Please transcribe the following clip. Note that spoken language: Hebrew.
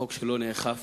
וחוק שלא נאכף.